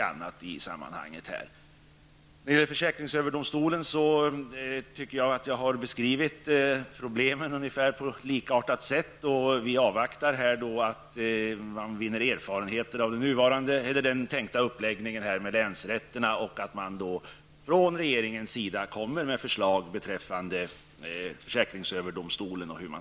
Problemen beträffande försäkringsöverdomstolen anser jag mig ha beskrivit på ett likartat sätt. Vi vill avvakta att man vinner erfarenheter av den tänkta uppläggningen av länsrätterna och att regeringen därefter kommer med förslag beträffande försäkringsöverdomstolen.